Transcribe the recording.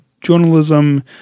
Journalism